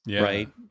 right